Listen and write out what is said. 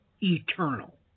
eternal